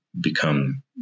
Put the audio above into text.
become